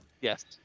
Yes